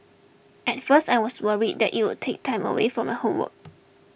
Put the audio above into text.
at first I was worried that it would take time away from her homework